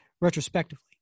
Retrospectively